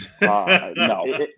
No